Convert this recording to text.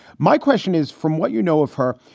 my question is, from what you know of her.